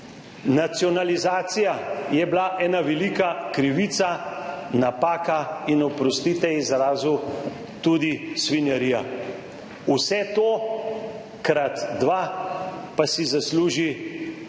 Nacionalizacija je bila ena velika krivica, napaka in, oprostite izrazu, tudi svinjarija. Vse to krat dva pa si zasluži